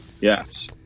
Yes